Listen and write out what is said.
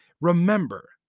remember